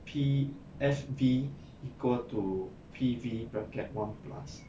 P_F_V equal to P_V bracket one plus